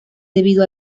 debido